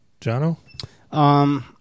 Jono